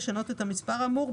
לשנות את המספר האמור,